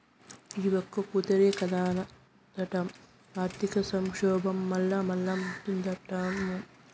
ఈ ఒక్కతూరే కాదట, ఆర్థిక సంక్షోబం మల్లామల్లా ఓస్తాదటమ్మో